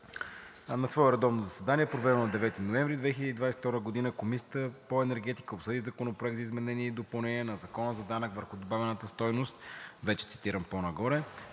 На свое редовно заседание, проведено на 9 ноември 2022 г., Комисията по енергетика обсъди Законопроект за изменение и допълнение на Закона за данък върху добавената стойност, вече цитиран по-горе,